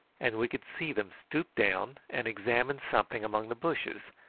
and we could see them stoop down and examine something among the bushes,